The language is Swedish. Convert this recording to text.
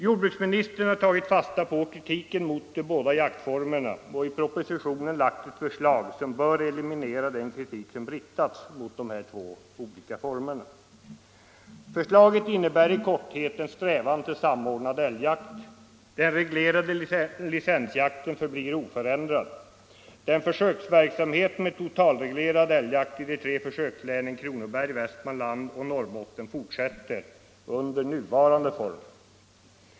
» Jordbruksministern har tagit fasta på kritiken mot de båda jaktformerna och i propositionen lagt ett förslag, som bör eliminera den kritik som riktats mot de båda jaktformerna. Förslaget innebär i korthet en strävan till samordnad älgjakt. Den reglerade licensjakten förblir oförändrad. Den försöksverksamhet med totalreglerad älgjakt i de tre försökslänen — Kronoberg, Västmanland och Norrbotten — fortsätter under nuvarande former.